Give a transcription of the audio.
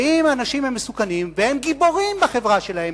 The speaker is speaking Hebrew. ואם אנשים הם מסוכנים והם גיבורים בחברה שלהם,